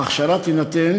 ההכשרה תינתן